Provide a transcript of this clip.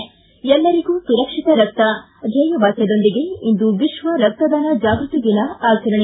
ಿ ಎಲ್ಲರಿಗೂ ಸುರಕ್ಷಿತ ರಕ್ತ ಧ್ವೇಯವಾಕ್ಯದೊಂದಿಗೆ ಇಂದು ವಿಶ್ವ ರಕ್ತದಾನ ಜಾಗೃತಿ ದಿನ ಆಚರಣೆ